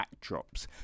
backdrops